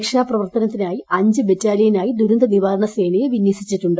രക്ഷാപ്രവർത്തത്തിനായ് അഞ്ച് ബറ്റാലിയനായ് ദുരന്തനിവാരണ സേനയെ വിന്യസിച്ചിട്ടുണ്ട്